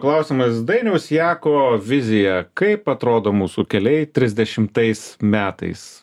klausimas dainiaus jako vizija kaip atrodo mūsų keliai trisdešimtais metais